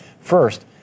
First